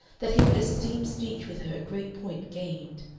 that he would esteem speech with her a great point gained.